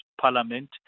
parliament